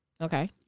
Okay